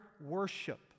worship